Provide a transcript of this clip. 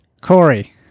Corey